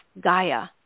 Gaia